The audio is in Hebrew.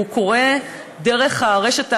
והוא קורה דרך הרשת החברתית.